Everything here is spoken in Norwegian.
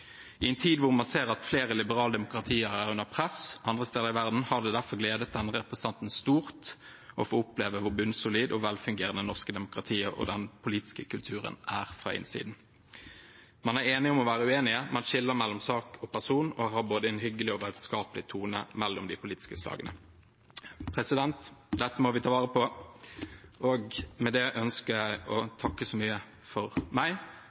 I en tid hvor man ser at flere liberale demokratier er under press andre steder i verden, har det derfor gledet denne representanten stort å få oppleve hvor bunnsolid og velfungerende det norske demokratiet og den politiske kulturen er fra innsiden. Man er enige om å være uenige, man skiller mellom sak og person og har både en hyggelig og vennskapelig tone mellom de politiske slagene. Dette må vi ta vare på. Med dette ønsker jeg å takke så mye for meg.